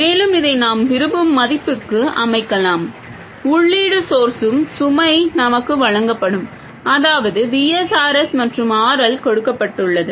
மேலும் இதை நாம் விரும்பும் மதிப்புக்கு அமைக்கலாம் உள்ளீடு ஸோர்ஸும் சுமையும் நமக்கு வழங்கப்படும் அதாவது V S R S மற்றும் RL கொடுக்கப்பட்டுள்ளது